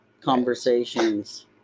conversations